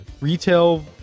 retail